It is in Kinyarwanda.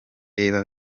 reba